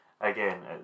Again